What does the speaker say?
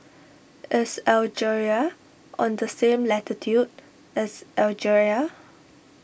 is Algeria on the same latitude as Algeria